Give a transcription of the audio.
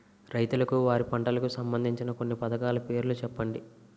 రైతులకు వారి పంటలకు సంబందించిన కొన్ని పథకాల పేర్లు చెప్పండి?